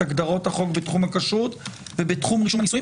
את הגדרות החוק בתחום הכשרות ובתחום רישום הנישואים,